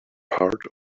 part